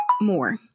more